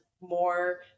more